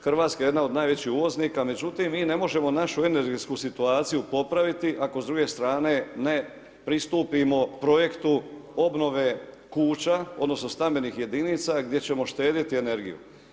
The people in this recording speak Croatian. Hrvatska je jedna od najvećih uvoznika, međutim mi ne možemo našu energetsku situaciju popraviti ako s druge strane ne pristupimo projektu obnove kuća odnosno stambenih jedinica gdje ćemo štedjeti energiju.